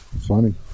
Funny